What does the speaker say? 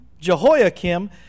Jehoiakim